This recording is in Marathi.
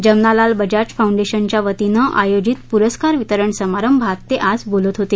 जमनालाल बजाज फाऊंडेशनच्या वतीनं आयोजित पुरस्कार वितरण समारंभात ते आज मुंबईत बोलत होते